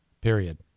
period